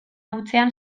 hutsean